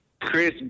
Chris